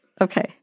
Okay